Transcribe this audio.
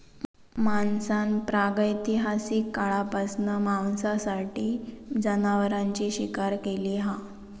माणसान प्रागैतिहासिक काळापासना मांसासाठी जनावरांची शिकार केली हा